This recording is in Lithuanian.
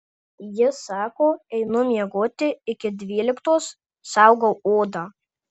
ji sako einu miegoti iki dvyliktos saugau odą